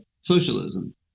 socialism